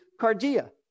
cardia